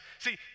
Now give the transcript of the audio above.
See